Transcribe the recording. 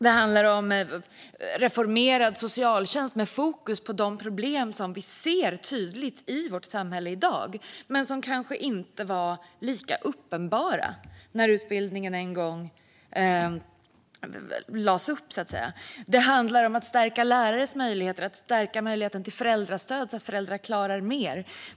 Det handlar om en reformerad socialtjänst med fokus på de problem vi ser tydligt i vårt samhälle i dag men som kanske inte var lika uppenbara när socionomutbildningen en gång lades upp. Det handlar om att stärka lärares möjligheter och möjligheten till föräldrastöd så att föräldrar klarar mer.